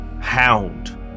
hound